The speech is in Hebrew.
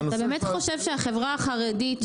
אתה באמת חושב שהחברה החרדית,